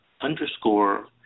underscore